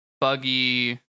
Buggy